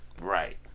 Right